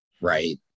right